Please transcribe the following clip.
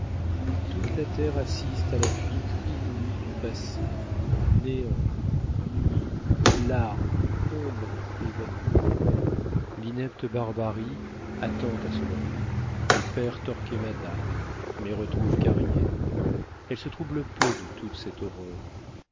toute la terre assiste à la fuite inouïe du passé néant nuit larve ombre évanouie l'inepte barbarie attente à ce laurier et perd torquemada mais retrouve carrier elle se trouble peu de toute cette aurore